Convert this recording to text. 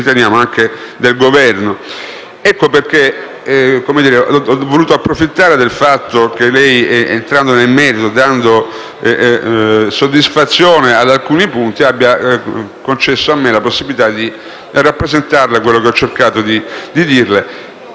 istituzioni e del Governo. Ecco perché ho voluto approfittare del fatto che lei è entrato nel merito, dando soddisfazione ad alcuni punti, per avere la possibilità di rappresentarle quanto ho cercato di dire